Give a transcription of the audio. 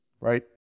right